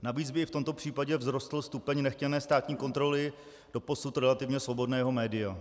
Navíc by i v tomto případě vzrostl stupeň nechtěné státní kontroly doposud relativně svobodného média.